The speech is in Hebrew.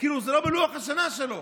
כאילו, זה לא בלוח השנה שלו.